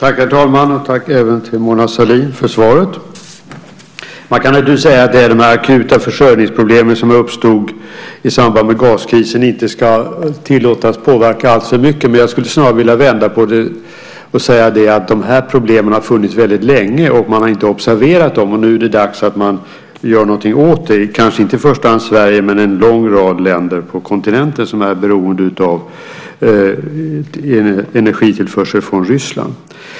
Herr talman! Tack, Mona Sahlin, för svaret. Man kan naturligtvis säga att de akuta försörjningsproblem som uppstod i samband med gaskrisen inte ska tillåtas påverka alltför mycket. Men jag skulle snarare vilja vända på det och säga att de här problemen har funnits väldigt länge men man har inte observerat dem. Nu är det dags att göra något åt det, kanske inte i första hand i Sverige, men i en lång rad länder på kontinenten som är beroende av energitillförsel från Ryssland.